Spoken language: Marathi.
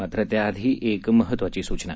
मात्र त्याआधी एक महत्त्वाची सूचना